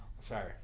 Sorry